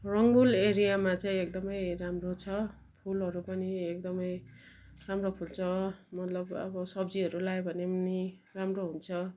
रङबुल एरियामा चाहिँ एकदमै राम्रो छ फुलहरू पनि एकदमै राम्रो फुल्छ मतलब अब सब्जीहरू लगायो भने पनि राम्रो हुन्छ